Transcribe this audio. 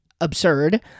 absurd